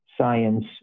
science